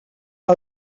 que